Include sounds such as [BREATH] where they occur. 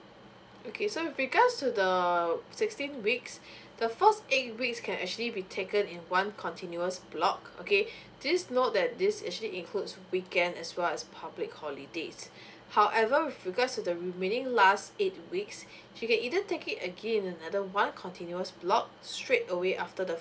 okay with regards to the sixteen weeks [BREATH] the first eight weeks can actually be taken in one continuous block okay please note that this actually includes weekend as well as public holidays [BREATH] however with regards to the remaining last eight weeks she can either take it again in another one continuous block straight away after the